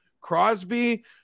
Crosby